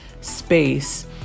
space